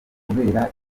kubera